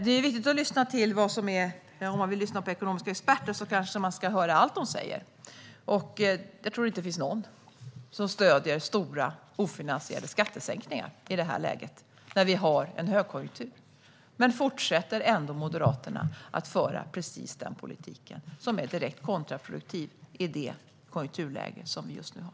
Om man vill lyssna på ekonomiska experter kanske man ska höra allt de säger. Jag tror inte att det finns någon som stöder stora, ofinansierade skattesänkningar i det här läget, när vi har en högkonjunktur. Ändå fortsätter Moderaterna att föra precis den politiken. Den är direkt kontraproduktiv i det konjunkturläge vi just nu har.